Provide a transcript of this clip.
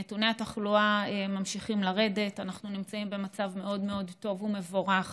נתוני התחלואה ממשיכים לרדת אנחנו נמצאים במצב מאוד מאוד טוב ומבורך